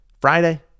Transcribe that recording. friday